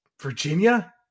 Virginia